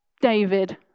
David